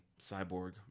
cyborg